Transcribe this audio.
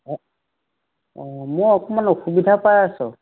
অঁ অঁ মই অকণমান অসুবিধা পাই আছোঁ